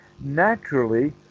naturally